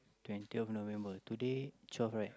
twentieth November today twelve right